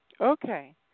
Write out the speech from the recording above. Okay